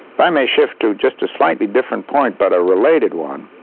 if i may shift to just a slightly different point, but a related one.